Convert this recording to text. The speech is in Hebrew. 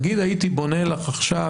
נגיד הייתי בונה לך עכשיו,